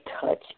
touch